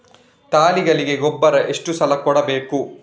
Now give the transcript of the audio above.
ತಳಿಗಳಿಗೆ ಗೊಬ್ಬರ ಎಷ್ಟು ಸಲ ಕೊಡಬೇಕು?